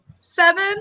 seven